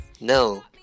No